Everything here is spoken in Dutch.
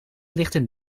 lichten